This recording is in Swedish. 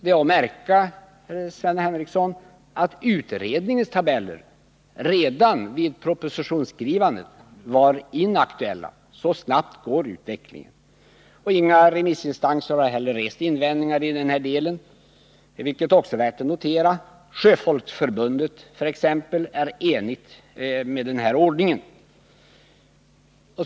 Det är att märka, Sven Henricsson, att utredningens tabeller redan vid 39 propositionsskrivandet var inaktuella — så snabbt går utvecklingen. Inga remissinstanser har heller rest invändningar i denna del, vilket också är värt att notera. Sjöfolksförbundet t.ex. ansluter sig till förslaget om den här ordningen.